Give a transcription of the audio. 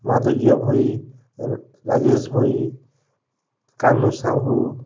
Madhurya Bhoi Rajesh Bhoi Kanhu Sahu